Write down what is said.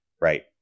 right